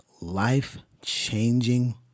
life-changing